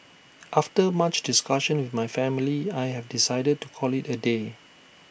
after much discussion with my family I have decided to call IT A day